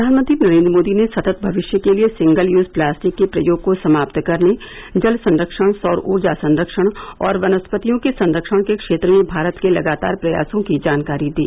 प्रधानमंत्री नरेंद्र मोदी ने सतत भविष्य के लिए सिंगल यूज प्लास्टिक के प्रयोग को समाप्त करने जल संरक्षण सौर ऊर्जा संरक्षण और वनस्पतियों के संरक्षण के क्षेत्र में भारत के व्रगातार प्रयासों की जानकारी दी